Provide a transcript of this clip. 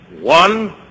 One